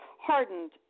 hardened